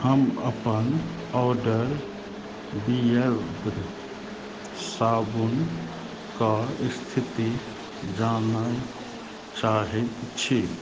हम अपन ऑर्डर बियद्र साबुनके स्थिति जानय चाहैत छी